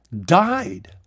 died